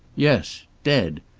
yes. dead.